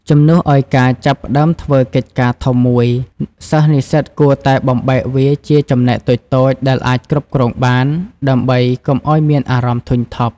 ជំនួសឱ្យការចាប់ផ្តើមធ្វើកិច្ចការធំមួយ សិស្សនិស្សិតគួរតែបំបែកវាជាចំណែកតូចៗដែលអាចគ្រប់គ្រងបាន ដើម្បីកុំឱ្យមានអារម្មណ៍ធុញថប់។